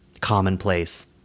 commonplace